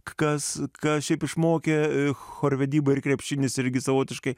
kas ką šiaip išmokė chorvedyba ir krepšinis irgi savotiškai